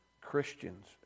Christians